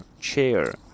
chair